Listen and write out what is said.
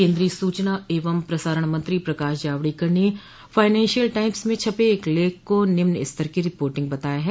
केन्द्रीय सूचना एवं प्रसारण मंत्री प्रकाश जावड़ेकर ने फाइनेंशियल टाइम्स में छपे एक लेख को निम्न स्तर की रिर्पोटिंग बताया है